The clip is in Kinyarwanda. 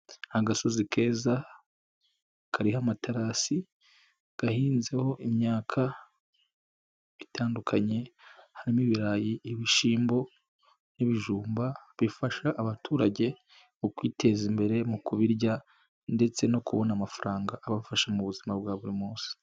Agasozi keza, kariho amaterasi, gahinzeho imyaka itandukanye, harimo: ibirayi, ibishyimbo n'ibijumba bifasha abaturage mu kwiteza imbere mu kubirya ndetse no kubona amafaranga abafasha mu buzima bwa buri munsi.